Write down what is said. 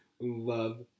love